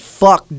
fuck